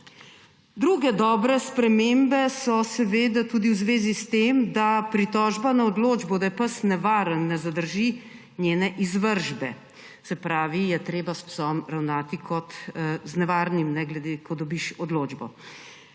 Druge dobre spremembe so tudi v zvezi s tem, da pritožba na odločbo, da je pes nevaren, ne zadrži njene izvršbe. Se pravi, je treba s psom ravnati kot z nevarnim, ko dobiš odločbo.